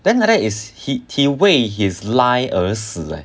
then after that is he he 为 his lie 而死 leh